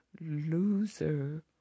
Loser